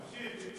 חופשי.